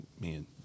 man